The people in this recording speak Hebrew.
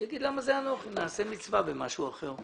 הוא יגיד שהוא יעשה מצווה במשהו אחר.